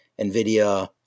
NVIDIA